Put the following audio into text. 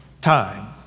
Time